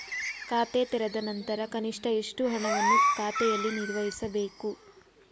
ಖಾತೆ ತೆರೆದ ನಂತರ ಕನಿಷ್ಠ ಎಷ್ಟು ಹಣವನ್ನು ಖಾತೆಯಲ್ಲಿ ನಿರ್ವಹಿಸಬೇಕು?